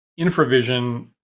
infravision